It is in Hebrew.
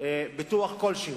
ביטוח כלשהו,